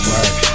Work